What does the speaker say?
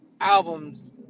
albums